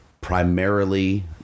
primarily